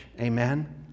Amen